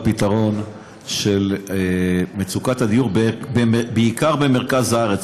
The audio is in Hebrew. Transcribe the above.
בפתרון של מצוקת הדיור, בעיקר במרכז הארץ.